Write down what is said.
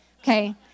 Okay